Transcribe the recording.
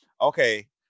okay